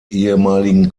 ehemaligen